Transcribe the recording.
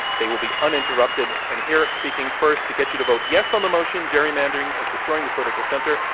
they will be uninterrupted. and here, speaking first to get you to vote, yes, on the motion, gerrymandering is destroying the political center,